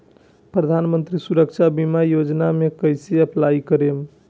प्रधानमंत्री सुरक्षा बीमा योजना मे कैसे अप्लाई करेम?